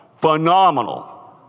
Phenomenal